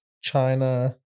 China